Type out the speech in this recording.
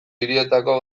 hirietako